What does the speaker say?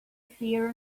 fear